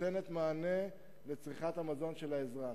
שנותנת מענה על צריכת המזון של האזרח.